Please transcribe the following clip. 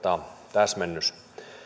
täsmennys